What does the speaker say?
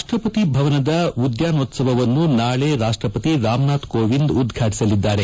ರಾಷ್ಟಪತಿ ಭವನದ ಉದ್ಯಾನೋತ್ಸವವನ್ನು ನಾಳೆ ರಾಷ್ಟಪತಿ ರಾಮನಾಥ್ ಕೋವಿಂದ್ ಉದ್ಪಾಟಿಸಲಿದ್ದಾರೆ